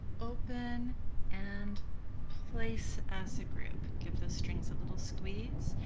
open and place as a group. give those strings a little squeeze.